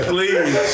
Please